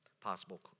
possible